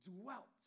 dwelt